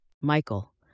Michael